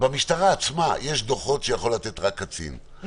במשטרה עצמה יש דוחות שיכול לתת רק קצין,